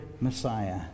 Messiah